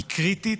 קריטית.